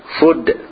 food